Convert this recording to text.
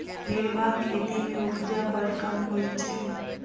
निर्वाह खेती मे उपजा बड़ कम होइत छै